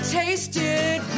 tasted